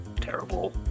terrible